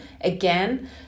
Again